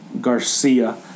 Garcia